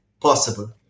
possible